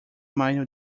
minor